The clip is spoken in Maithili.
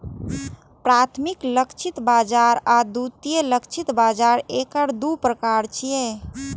प्राथमिक लक्षित बाजार आ द्वितीयक लक्षित बाजार एकर दू प्रकार छियै